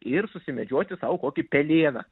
ir susimedžioti sau kokį pelėną